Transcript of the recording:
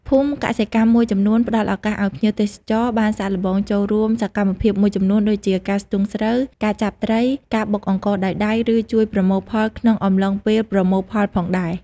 ភូមិកសិកម្មមួយចំនួនផ្ដល់ឱកាសឱ្យភ្ញៀវទេសចរបានសាកល្បងចូលរួមសកម្មភាពមួយចំនួនដូចជា ការស្ទូងស្រូវ ការចាប់ត្រី ការបុកអង្ករដោយដៃ ឬជួយប្រមូលផលក្នុងអំឡុងពេលប្រមូលផលផងដែរ។